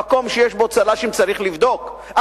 במקום שיש בו צל"שים צריך לבדוק,